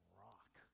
rock